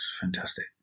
fantastic